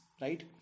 right